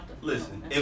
Listen